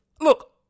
look